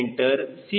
c C